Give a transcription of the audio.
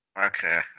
Okay